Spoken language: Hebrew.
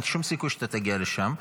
אין שום סיכוי שתגיע לשם.